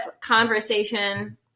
conversation